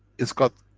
it's got,